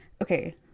okay